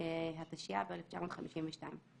התשי"ב-1952 ;